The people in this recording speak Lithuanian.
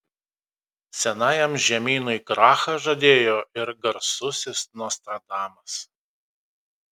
senajam žemynui krachą žadėjo ir garsusis nostradamas